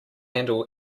handle